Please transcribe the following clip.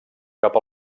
cap